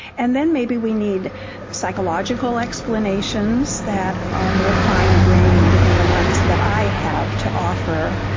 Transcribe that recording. and then maybe we need psychological explanations that are more fine-grained than the ones that i have to offer.